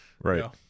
Right